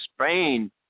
Spain